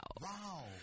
wow